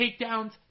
takedowns